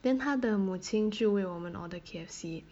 then 他的母亲就为我们 order K_F_C